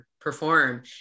perform